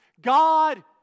God